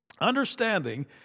understanding